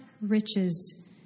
riches